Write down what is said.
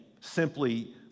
simply